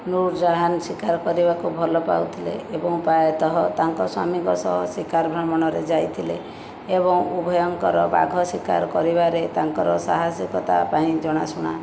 ନୁର ଜାହାନ ଶିକାର କରିବାକୁ ଭଲ ପାଉଥିଲେ ଏବଂ ପ୍ରାୟତଃ ତାଙ୍କ ସ୍ୱାମୀଙ୍କ ସହ ଶିକାର ଭ୍ରମଣରେ ଯାଇଥିଲେ ଏବଂ ଭୟଙ୍କର ବାଘ ଶିକାର କରିବାରେ ତାଙ୍କର ସାହସିକତା ପାଇଁ ଜଣାଶୁଣା